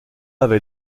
avait